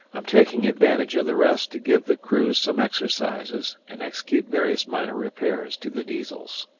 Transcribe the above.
i'm taking advantage of the rest to give the crew some exercises and execute various minor repairs to the diesels.